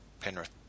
Penrith